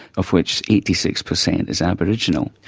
of which eighty six percent is aboriginal.